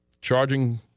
charging